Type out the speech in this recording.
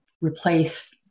replace